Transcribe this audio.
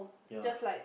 yeah